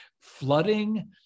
flooding